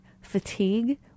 Fatigue